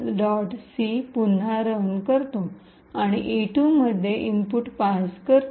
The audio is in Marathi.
c पुन्हा रन करतो आणि e2 मधील इनपुट पास करतो